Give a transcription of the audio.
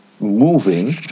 moving